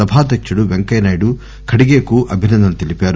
సభాధ్యకుడు పెంకయ్యనాయుడు ఖర్గేకు అభినందనలు తెలిపారు